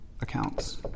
accounts